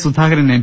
Sudhakaran M